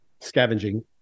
scavenging